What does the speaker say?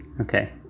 okay